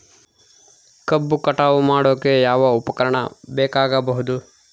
ಕಬ್ಬು ಕಟಾವು ಮಾಡೋಕೆ ಯಾವ ಉಪಕರಣ ಬೇಕಾಗಬಹುದು?